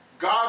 God